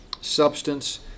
substance